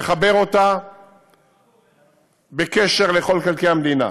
מחבר אותה בקשר לכל חלקי המדינה.